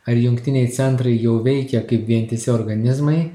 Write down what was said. ar jungtiniai centrai jau veikia kaip vientisi organizmai